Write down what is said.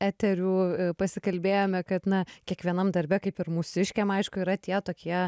eterių pasikalbėjome kad na kiekvienam darbe kaip ir mūsiškiam aišku yra tie tokie